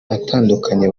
atandukanye